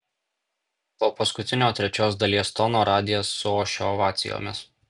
po paskutinio trečios dalies tono radijas suošia ovacijomis